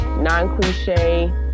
non-cliche